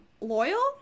loyal